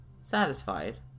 Satisfied